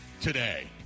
today